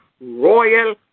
royal